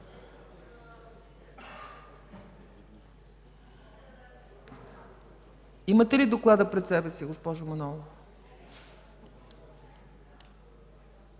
Имате ли доклада пред себе си, госпожо